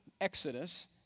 Exodus